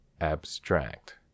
abstract